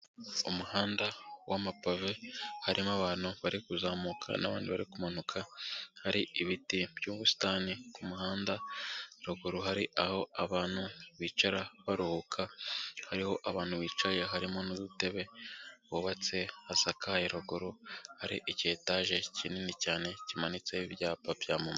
Umuhanda w'amapave, harimo abantu bari kuzamuka n'abandi bari kumanuka, hari ibiti byubusitani ku muhanda ruguru hari aho abantu bicara baruhuka, hariho abantu bicaye harimo n'udutebe twubatse, hasakaye ruguru hari iki etaje kinini cyane kimanitseho ibyapa byamamaza.